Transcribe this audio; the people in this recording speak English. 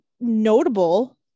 notable